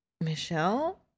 Michelle